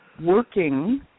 working